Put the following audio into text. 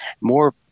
More